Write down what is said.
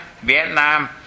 Vietnam